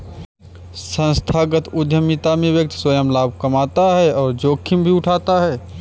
संस्थागत उधमिता में व्यक्ति स्वंय लाभ कमाता है और जोखिम भी उठाता है